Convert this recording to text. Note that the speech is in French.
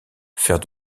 faire